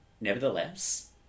Nevertheless